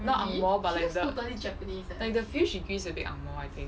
not ang moh but like the like the feels she gives is a bit ang moh I think